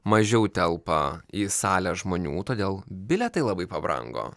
mažiau telpa į salę žmonių todėl bilietai labai pabrango